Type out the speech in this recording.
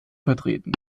vertreten